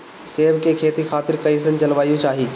सेब के खेती खातिर कइसन जलवायु चाही?